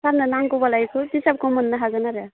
सारनो नांगौबालाय बेखौ बिजाबखौ मोननो हागोन आरो